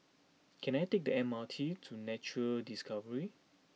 can I take the M R T to Nature Discovery